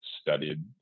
studied